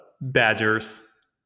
badgers